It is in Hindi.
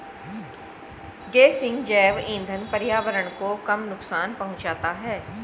गेसिंग जैव इंधन पर्यावरण को कम नुकसान पहुंचाता है